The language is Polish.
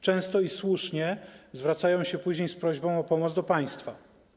Często i słusznie zwracają się później z prośbą o pomoc do państwa.